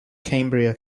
cambria